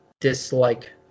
dislike